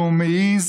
הוא מעז